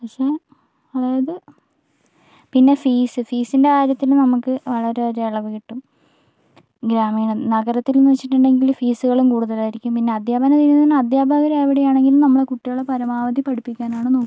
പക്ഷേ അതായത് പിന്നെ ഫീസ് ഫീസിന്റെ കാര്യത്തില് നമുക്ക് വളരെ അധികം ഇളവ് കിട്ടും ഗ്രാമീണ നഗരത്തിലെന്ന് വെച്ചിട്ടുണ്ടെങ്കില് ഫീസുകളും കൂടുതൽ ആയിരിക്കും പിന്നെ അധ്യാപന രീതി എന്ന് പറഞ്ഞാൽ അധ്യാപകർ എവിടെയാണെങ്കിലും നമ്മളെ കുട്ടികളെ പരമാവധി പഠിപ്പിക്കാനാണ് നോക്കുക